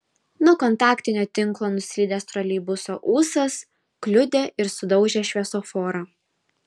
nuo kontaktinio tinklo nuslydęs troleibuso ūsas kliudė ir sudaužė šviesoforą